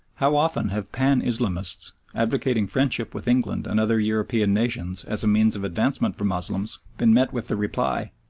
how often have pan-islamists, advocating friendship with england and other european nations as a means of advancement for moslems, been met with the reply,